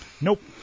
Nope